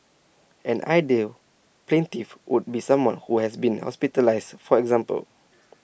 an ideal plaintiff would be someone who has been hospitalised for example